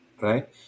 Right